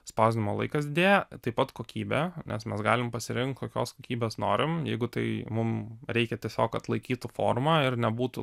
spausdinimo laikas didėja taip pat kokybė nes mes galim pasirinkt kokios kokybės norim jeigu tai mum reikia tiesiog kad laikytų formą ir nebūtų